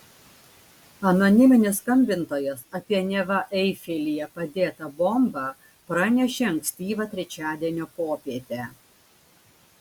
anoniminis skambintojas apie neva eifelyje padėtą bombą pranešė ankstyvą trečiadienio popietę